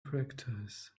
practice